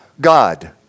God